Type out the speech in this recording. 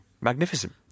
magnificent